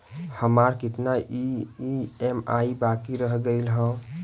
हमार कितना ई ई.एम.आई बाकी रह गइल हौ?